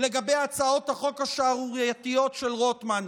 לגבי הצעות החוק השערורייתיות של רוטמן.